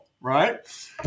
right